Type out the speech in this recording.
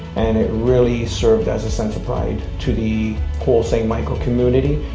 and it really served as a sense of pride to the whole st michael community,